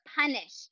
punished